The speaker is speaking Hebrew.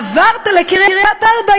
עברת לקריית-ארבע,